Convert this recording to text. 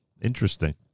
Interesting